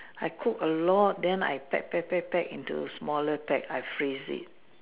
I cook a lot then I pack pack pack pack into smaller pack then I freeze it